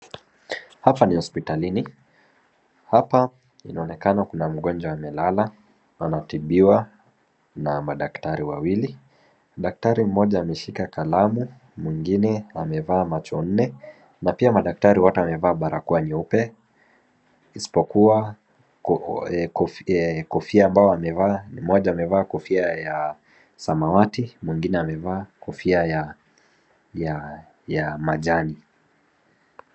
Hapa ni hospitalini. Hapa inaonekana kuna mgonjwa amelala anatibiwa na madaktari wawili. Daktari mmoja ameshika kalamu, mwingine amevaa macho nne, na pia madaktari wote wamevaa barakoa nyeupe. Isipokuwa kofia ambayo wamevaa, ni mmoja amevaa kofia ya samawati, mwingine amevaa kofia ya majani.